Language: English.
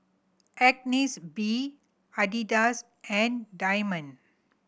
Agnes B Adidas and Diamond